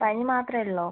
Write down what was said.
പനി മാത്രമേ ഉള്ളോ